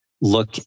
look